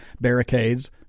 barricades